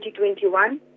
2021